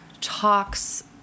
talks